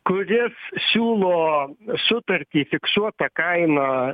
kuris siūlo sutartį fiksuota kaina